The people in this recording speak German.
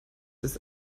ist